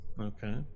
Okay